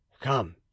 Come